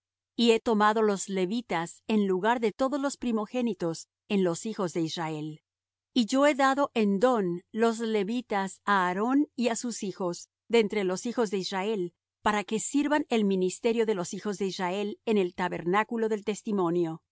y he tomado los levitas en lugar de todos los primogénitos en los hijos de israel y yo he dado en don los levitas á aarón y á sus hijos de entre los hijos de israel para que sirvan el ministerio de los hijos de israel en el tabernáculo del testimonio y